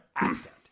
asset